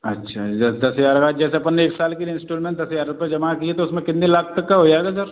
अच्छा दस हज़ार का जैसे अपन ने एक साल के लिए इंस्टॉलमेंट दस हज़ार रुपये जमा किए तो उसमें कितने लाख तक का हो जाएगा सर